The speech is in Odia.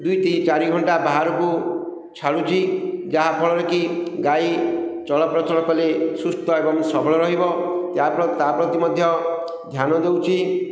ଦୁଇ ଚାରି ଘଣ୍ଟା ବାହାରକୁ ଛାଡ଼ୁଚି ଯାହାଫଳରେ କି ଗାଈ ଚଳପ୍ରଚଳ କଲେ ସୁସ୍ଥ ଏବଂ ସବଳ ରହିବ ତା' ପ୍ରତି ମଧ୍ୟ ଧ୍ୟାନ ଦେଉଛି